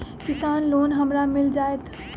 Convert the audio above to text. किसान लोन हमरा मिल जायत?